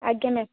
ଆଜ୍ଞା ମ୍ୟାମ୍